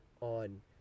on